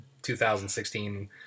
2016